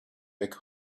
back